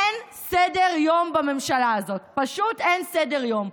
אין סדר-יום בממשלה הזאת, פשוט אין סדר-יום.